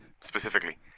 specifically